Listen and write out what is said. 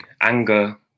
anger